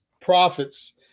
prophets